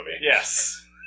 Yes